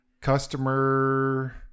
customer